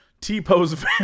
T-Pose